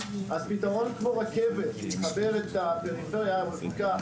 אז פתרון כמו רכבת שיחבר את הפריפריה הרחוקה,